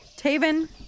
Taven